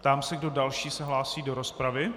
Ptám se, kdo další se hlásí do rozpravy.